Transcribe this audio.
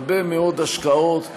הרבה מאוד השקעות,